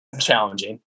challenging